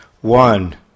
One